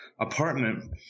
apartment